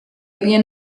havia